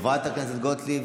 חברת הכנסת גוטליב,